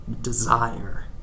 Desire